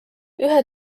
ühe